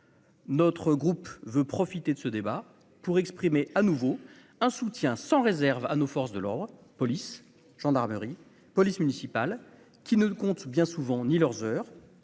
Notre groupe veut profiter de ce débat pour exprimer à nouveau un soutien sans réserve à nos forces de l'ordre, police, gendarmerie, police municipale, qui ne compte bien souvent ni leurs heures,